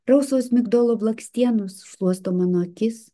rausvos migdolų blakstienos šluosto mano akis